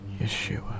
Yeshua